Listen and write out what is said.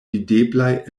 videblaj